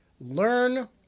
Learn